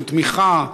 של תמיכה,